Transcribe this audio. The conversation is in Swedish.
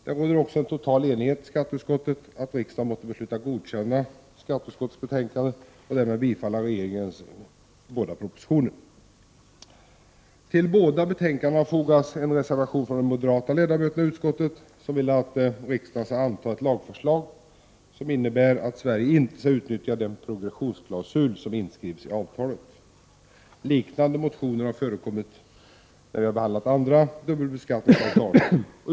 Det råder också total enighet i skatteutskottet om att riksdagen måste besluta att godkänna vad utskottet hemställer i dessa betänkanden och därmed bifalla regeringens båda propositioner. Till båda betänkandena fogas en reservation från de moderata ledamöterna i utskottet, som vill att riksdagen skall anta ett lagförslag som innebär att Sverige inte skall utnyttja den progressionsklausul som inskrivs i avtalet. Liknande motioner har förekommit när vi har behandlat andra dubbelbeskattningsavtal.